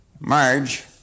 Marge